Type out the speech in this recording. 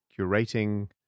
curating